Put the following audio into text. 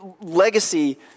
legacy